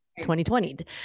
2020